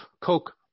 Coke